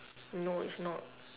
no it's not